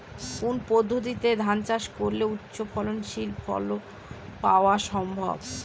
কোন পদ্ধতিতে ধান চাষ করলে উচ্চফলনশীল ফসল পাওয়া সম্ভব?